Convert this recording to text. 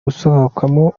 gusohokamo